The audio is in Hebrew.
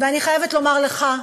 ואני חייבת לומר לך,